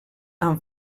amb